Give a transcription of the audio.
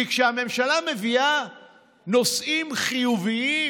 כי כשהממשלה מביאה נושאים חיוביים